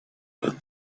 but